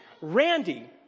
Randy